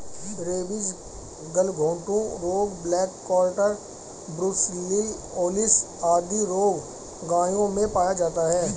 rabies, गलघोंटू रोग, black quarter, brucellosis आदि रोग गायों में पाया जाता है